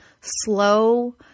slow